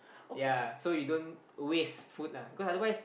ya so you don't waste food lah because otherwise